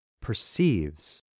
perceives